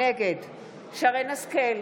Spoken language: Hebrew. נגד שרן מרים השכל,